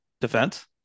defense